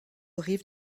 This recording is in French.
rive